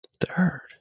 Third